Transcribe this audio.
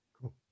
Cool